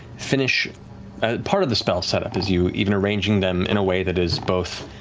finish part of the spell set-up is you, even arranging them in a way that is both